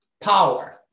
Power